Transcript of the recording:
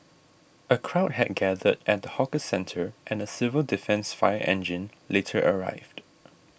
a crowd had gathered at the hawker centre and a civil defence fire engine later arrived